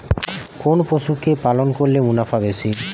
কোন পশু কে পালন করলে মুনাফা বেশি?